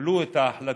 שקיבלו את ההחלטות,